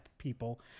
People